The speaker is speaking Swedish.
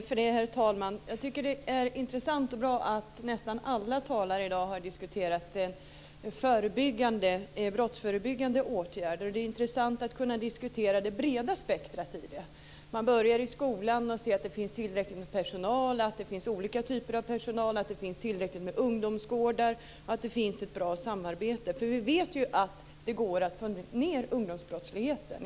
Herr talman! Jag tycker att det är intressant och bra att nästan alla talare i dag har diskuterat brottsförebyggande åtgärder. Det är intressant att kunna diskutera det breda spektret. Man börjar i skolan för att se till att det finns tillräckligt med personal, att det finns olika typer av personal, att det finns tillräckligt med ungdomsgårdar och att det finns ett bra samarbete. Vi vet ju att det går att få ned ungdomsbrottsligheten.